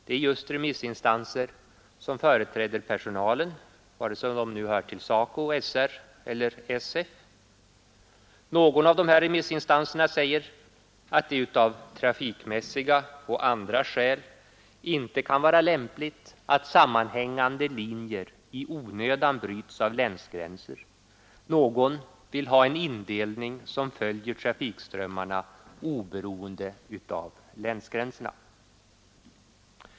Det är just remissinstanser som företräder personalen, oavsett om den tillhör SACO, SR eller SF. Någon av dessa remissinstanser säger att det av trafikmässiga och andra skäl inte kan vara lämpligt att sammanhängande linjer i onödan bryts av länsgränser. Någon vill ha en indelning som följer trafikströmmarna oberoende av länsgränserna.